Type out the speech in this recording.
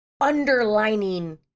underlining